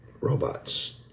robots